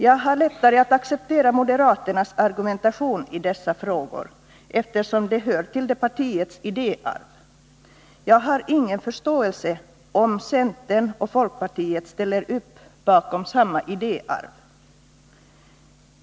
Jag kan i och för sig acceptera moderaternas argumentation i dessa frågor, eftersom den hör till det partiets idéarv. Men jag har ingen förståelse för om centern och folkpartiet ställer upp bakom samma idéarv.